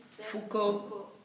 Foucault